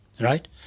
right